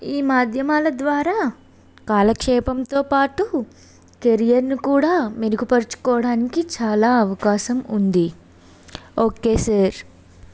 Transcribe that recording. ఈ మాధ్యమాల ద్వారా కాలక్షేపంతో పాటు కెరియర్ని కూడా మెరుగుపరుచుకోవడానికి చాలా అవకాశం ఉంది ఓకే సార్